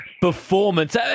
performance